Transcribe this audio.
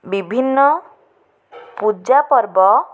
ବିଭିନ୍ନ ପୂଜାପର୍ବ